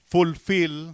Fulfill